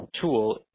tool